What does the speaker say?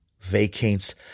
vacates